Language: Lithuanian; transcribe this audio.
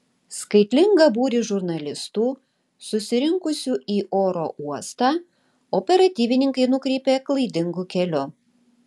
skaitlingą būrį žurnalistų susirinkusių į oro uostą operatyvininkai nukreipė klaidingu keliu